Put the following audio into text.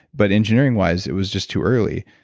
but engineering wise, it was just too early.